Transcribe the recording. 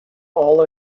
all